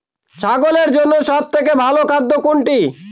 ছাগলের জন্য সব থেকে ভালো খাদ্য কোনটি?